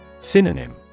Synonym